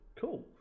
cool